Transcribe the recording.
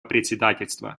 председательства